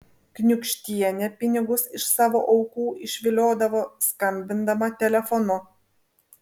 kniūkštienė pinigus iš savo aukų išviliodavo skambindama telefonu